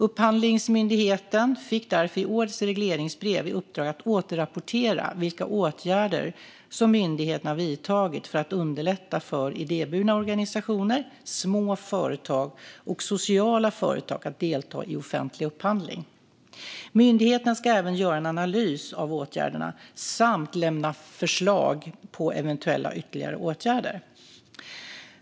Upphandlingsmyndigheten fick därför i årets regleringsbrev i uppdrag att återrapportera vilka åtgärder som myndigheten har vidtagit för att underlätta för idéburna organisationer, små företag och sociala företag att delta i offentlig upphandling. Myndigheten ska även göra en analys av åtgärderna och lämna förslag på eventuella ytterligare åtgärder.